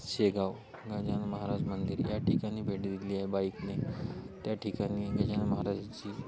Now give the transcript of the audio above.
शेगाव गजानन महाराज मंदिर या ठिकाणी भेट दिलेली आहे बाईकने त्या ठिकाणी गजानन महाराजाची